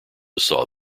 saw